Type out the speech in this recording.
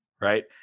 right